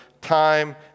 time